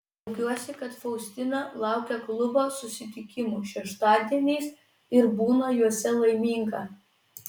džiaugiuosi kad faustina laukia klubo susitikimų šeštadieniais ir būna juose laiminga